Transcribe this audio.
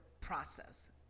process